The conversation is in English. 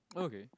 okay